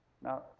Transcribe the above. Now